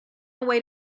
away